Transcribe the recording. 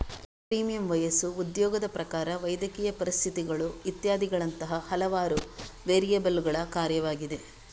premium ವಯಸ್ಸು, ಉದ್ಯೋಗದ ಪ್ರಕಾರ, ವೈದ್ಯಕೀಯ ಪರಿಸ್ಥಿತಿಗಳು ಇತ್ಯಾದಿಗಳಂತಹ ಹಲವಾರು ವೇರಿಯಬಲ್ಲುಗಳ ಕಾರ್ಯವಾಗಿದೆ